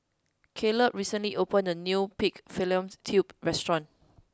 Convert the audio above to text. Kaleb recently opened a new pig fallopian tubes restaurant